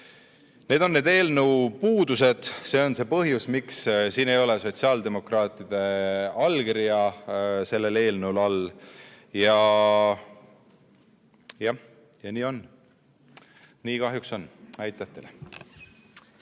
Need on need eelnõu puudused, see on see põhjus, miks siin ei ole sotsiaaldemokraatide allkirja sellel eelnõul all. Nii kahjuks on. Aitäh teile!